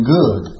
good